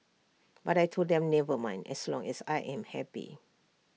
but I Told them never mind as long as I am happy